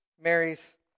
Mary's